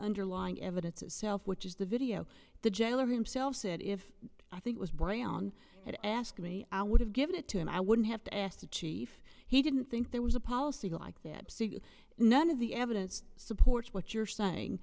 underlying evidence itself which is the video the jailer himself said if i think was brown had asked me i would have given it to him i wouldn't have to ask the chief he didn't think there was a policy like this none of the evidence supports what you're saying